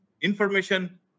information